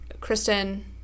Kristen